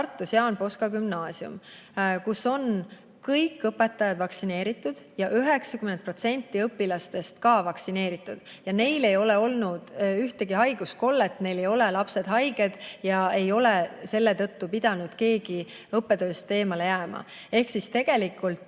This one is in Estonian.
Jaan Poska Gümnaasium, kus on kõik õpetajad vaktsineeritud ja 90% õpilastest ka vaktsineeritud. Neil ei ole olnud ühtegi haiguskollet, neil ei ole lapsed haiged ja ei ole selle tõttu pidanud keegi õppetööst eemale jääma. Ehk siis tegelikult